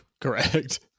Correct